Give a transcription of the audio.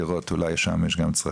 לראות אולי יש גם שם צרכים,